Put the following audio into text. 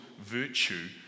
virtue